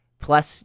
Plus